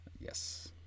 Yes